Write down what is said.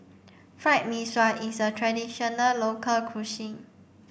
Fried Mee Sua is a traditional local cuisine